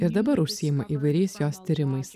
ir dabar užsiima įvairiais jos tyrimais